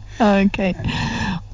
Okay